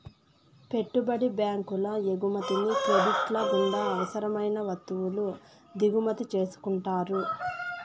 పెట్టుబడి బ్యాంకులు ఎగుమతిని క్రెడిట్ల గుండా అవసరం అయిన వత్తువుల దిగుమతి చేసుకుంటారు